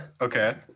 Okay